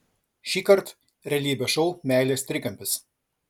šįkart realybės šou meilės trikampis